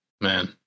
Man